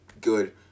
good